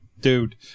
Dude